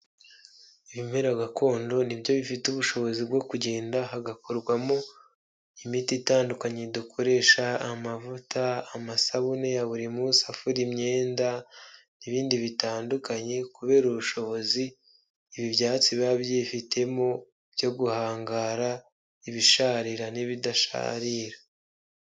Ibimera gakondo ni byo bifite ubushobozi bwo kugenda hagakorwamo imiti itandukanye; dukoresha amavuta, amasabune ya buri munsi afura imyenda, n'ibindi bitandukanye kubera ubushobozi ibi byatsi biba byifitemo byo guhangara ibisharira n'ibidasharira.